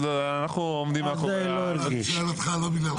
אנחנו עומדים מאחורי ה --- אני שואל אותך לא בגללך,